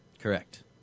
Correct